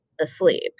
asleep